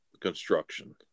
Construction